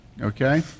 Okay